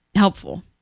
helpful